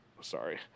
sorry